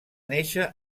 néixer